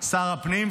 שר הפנים,